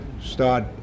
start